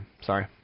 sorry